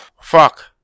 fuck